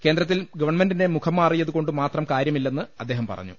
കേന്ദ്ര ത്തിൽ ഗവൺമെന്റിന്റെ മുഖം മാറിയതുകൊണ്ടുമാത്രം കാര്യമില്ലെന്ന് അദ്ദേഹം പറഞ്ഞു